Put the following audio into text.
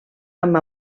amb